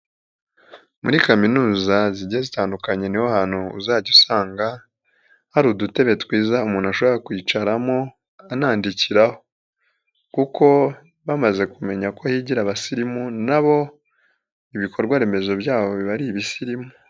Muri kaminuza zigiya zitandukanye ni ho hantu uzajya usanga hari udutebe twiza umuntu ashobora kwicaramo anandikiraho, kuko bamaze kumenya ko higira abasirimu na bo ibikorwa remezo byabo biba ari ibisirimu.